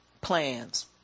plans